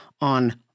on